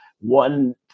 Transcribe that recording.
one